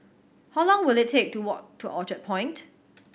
how long will it take to walk to Orchard Point